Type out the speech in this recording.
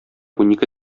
унике